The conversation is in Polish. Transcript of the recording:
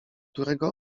którego